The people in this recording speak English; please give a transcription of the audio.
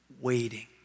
waiting